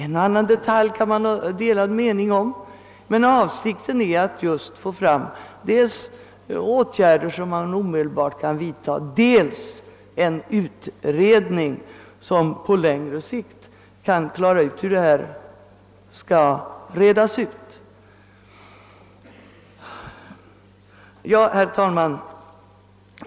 En och annan detalj kan man ha delade meningar om, men avsikten är att få till stånd dels omedelbara åtgärder, dels en utredning som på längre sikt kan klargöra hur problemen skall kunna lösas. Herr talman!